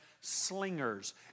slingers